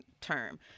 term